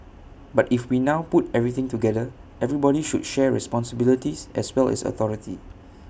but if we now put everything together everybody should share responsibilities as well as authority